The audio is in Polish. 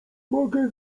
mogę